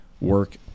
work